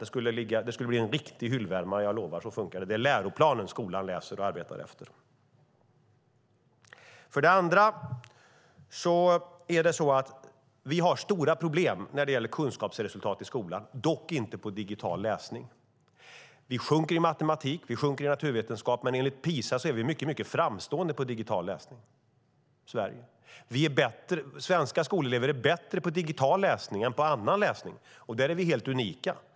Det skulle bli en riktig hyllvärmare. Det lovar jag. Så funkar det. Det är läroplanen skolan läser och arbetar efter. Det finns stora problem när det gäller kunskapsresultat i skolan, dock inte på digital läsning. Resultaten sjunker i matematik och naturkunskap, men enligt PISA är Sverige mycket framstående på digital läsning. Svenska skolelever är bättre på digital läsning än på annan läsning. Där är Sverige unikt.